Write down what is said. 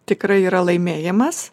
tikrai yra laimėjimas